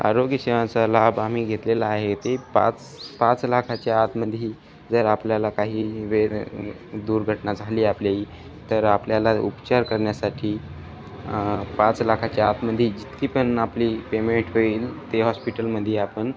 आरोग्यसेवांचा लाभ आम्ही घेतलेला आहे ते पाच पाच लाखाच्या आतमध्ये जर आपल्याला काही वेळ दुर्घटना झाली आपली तर आपल्याला उपचार करण्यासाठी पाच लाखाच्या आतमध्ये जितकी पण आपली पेमेंट होईल ते हॉस्पिटलमध्ये आपण